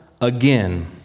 again